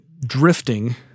drifting